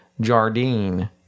Jardine